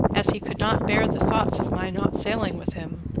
as he could not bear the thoughts of my not sailing with him,